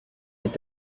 est